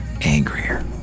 angrier